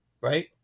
right